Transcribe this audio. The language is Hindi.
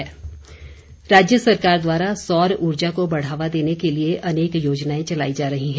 सौर ऊर्जा राज्य सरकार द्वारा सौर ऊर्जा को बढ़ावा देने के लिए अनेक योजनाएं चलाई जा रही हैं